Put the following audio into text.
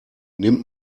nimmt